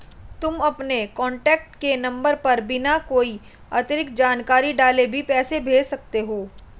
तुम अपने कॉन्टैक्ट के नंबर पर बिना कोई अतिरिक्त जानकारी डाले भी पैसे भेज सकते हो